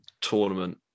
tournament